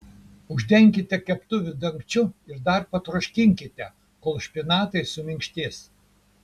uždenkite keptuvę dangčiu ir dar patroškinkite kol špinatai suminkštės